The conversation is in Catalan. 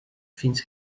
fins